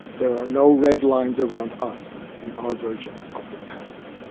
there are no red lines around us in our version of the past.